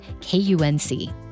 KUNC